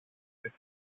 στις